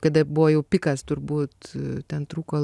kada buvo jau pikas turbūt ten trūko